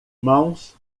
mãos